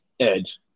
Edge